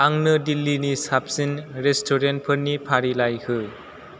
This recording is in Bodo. आंनो दिल्लीनि साबसिन रेस्टुरेन्टफोरनि फारिलाइ हो